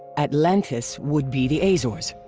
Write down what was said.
atlantis would be the azores.